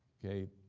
okay?